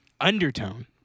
Undertone